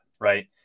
right